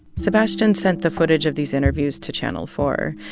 sebastian sent the footage of these interviews to channel four.